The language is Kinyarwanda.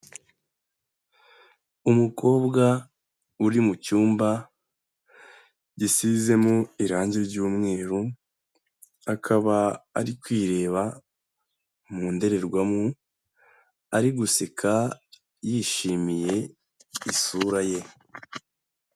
Umukobwa uri mu cyumba gisizemo irange ry'umweru, akaba ari kwireba mu ndorerwamo, ari guseka, yishimiye isura ye.